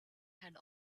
had